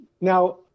Now